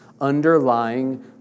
underlying